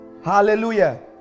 Hallelujah